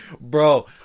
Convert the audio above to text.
Bro